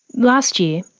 last year,